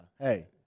hey